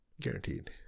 guaranteed